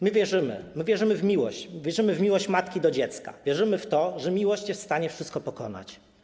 My wierzymy, wierzymy w miłość, wierzymy w miłość matki do dziecka, wierzymy w to, że miłość jest w stanie wszystko pokonać.